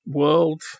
world